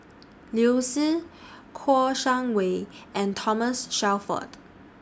Liu Si Kouo Shang Wei and Thomas Shelford